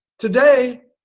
today,